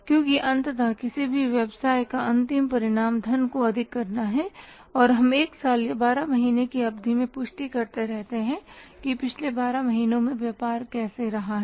क्योंकि अंततः किसी भी व्यवसाय का अंतिम परिणाम धन को अधिक करना है और हम एक साल या बारह महीने की अवधि में पुष्टि करते रहते हैं कि पिछले बारह महीनों में व्यापार कैसे रहा है